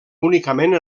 únicament